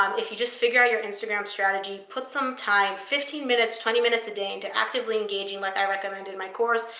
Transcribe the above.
um if you just figure out your instagram strategy, put some time, fifteen minutes, twenty minutes a day into actively engaging like i recommend in my course.